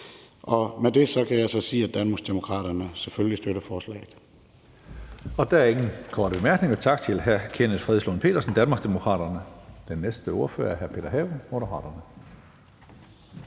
Med det kan jeg så sige, at Danmarksdemokraterne selvfølgelig støtter forslaget.